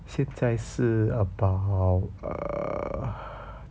现在是 about uh